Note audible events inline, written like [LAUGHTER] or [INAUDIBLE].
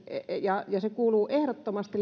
ja se kuuluu ehdottomasti [UNINTELLIGIBLE]